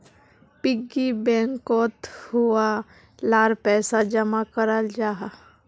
piggy बैंकोत छुआ लार पैसा जमा कराल जाहा